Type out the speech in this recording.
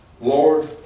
Lord